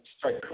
sorry